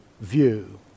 view